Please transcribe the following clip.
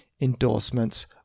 endorsements